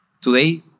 today